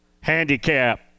handicap